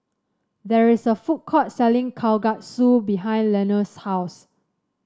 there is a food court selling Kalguksu behind Leonor's house